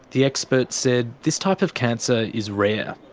the experts said this type of cancer is rare.